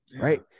Right